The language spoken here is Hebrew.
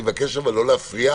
אבל אני מבקש לא להפריע,